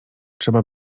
trzeba